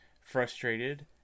frustrated